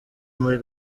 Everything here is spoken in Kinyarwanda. muri